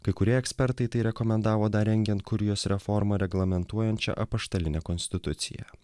kai kurie ekspertai tai rekomendavo dar rengiant kurijos reformą reglamentuojančią apaštalinę konstituciją